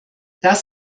das